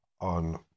on